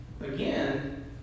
again